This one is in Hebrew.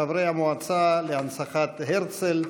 חברי המועצה להנצחת הרצל,